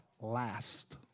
last